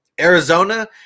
Arizona